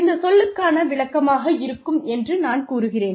இந்த சொல்லுக்கான விளக்கமாக இருக்கும் என்று நான் கூறுகிறேன்